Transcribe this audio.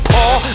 Paul